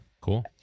Cool